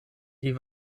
die